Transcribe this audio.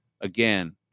again